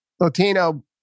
Latino